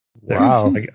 Wow